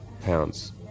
pounds